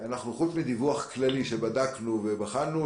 חוץ מדיווח כללי שבדקנו ובחנו,